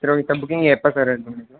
சரி okay sir booking எப்போ sir